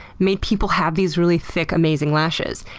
made people have these really thick, amazing lashes.